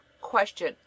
Question